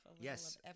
yes